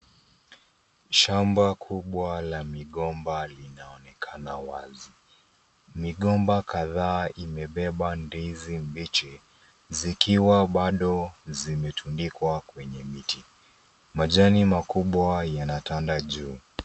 Shamba kubwa la migomba linaonekana wazi. Migomba kadhaa imebeba ndizi mbichi zikiwa bado zimetundikwa kwenye miti. Majani makubwa yanatanda juu.